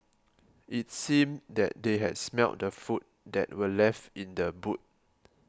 it seemed that they had smelt the food that were left in the boot